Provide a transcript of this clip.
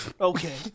Okay